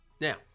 now